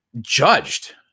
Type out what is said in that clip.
judged